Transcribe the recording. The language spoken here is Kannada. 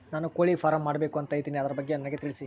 ನಾನು ಕೋಳಿ ಫಾರಂ ಮಾಡಬೇಕು ಅಂತ ಇದಿನಿ ಅದರ ಬಗ್ಗೆ ನನಗೆ ತಿಳಿಸಿ?